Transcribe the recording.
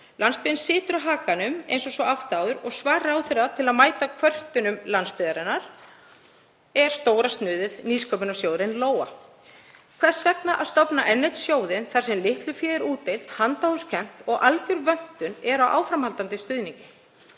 Landsbyggðin situr á hakanum eins og svo oft áður og svar ráðherra til að mæta kvörtunum landsbyggðarinnar er stóra snuðið, nýsköpunarsjóðurinn Lóa. Hvers vegna að stofna enn einn sjóðinn þar sem litlu fé er útdeilt handahófskennt og alger vöntun er á áframhaldandi stuðningi?